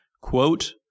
quote